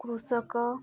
କୃଷକ